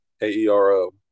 aero